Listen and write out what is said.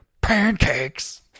pancakes